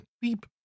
beep